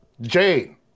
Jane